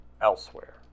elsewhere